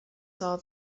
saw